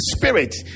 spirit